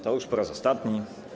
To już po raz ostatni.